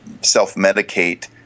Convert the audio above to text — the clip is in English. self-medicate